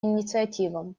инициативам